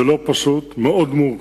זה לא פשוט, מאוד מורכב,